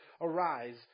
arise